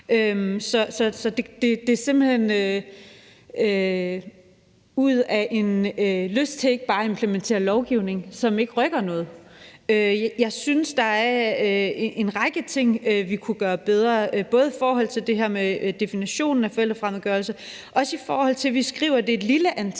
Det er simpelt hen ud fra en lyst til ikke bare at implementere lovgivning, som ikke rykker noget. Jeg synes, der er en række ting, vi kunne gøre bedre, både i forhold til det her med definitionen af forældrefremmedgørelse, og også i forhold til at vi skriver, at det er et lille antal